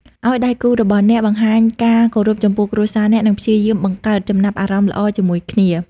ឲ្យដៃគូរបស់អ្នកបង្ហាញការគោរពចំពោះគ្រួសារអ្នក និងព្យាយាមបង្កើតចំណាប់អារម្មណ៍ល្អជាមួយគ្នា។